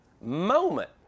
moment